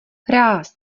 ráz